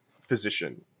physician